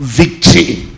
victory